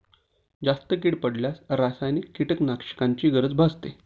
जास्त कीड पडल्यास रासायनिक कीटकनाशकांची गरज भासते